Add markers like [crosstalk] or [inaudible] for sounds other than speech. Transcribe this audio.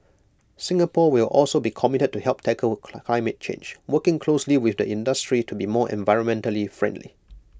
Singapore will also be committed to helping tackle [noise] climate change working closely with the industry to be more environmentally friendly